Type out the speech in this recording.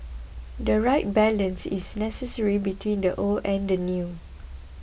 the right balance is necessary between the old and the new